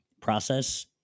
process